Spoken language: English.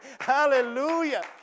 Hallelujah